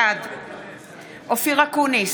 בעד אופיר אקוניס,